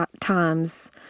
times